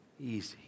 easy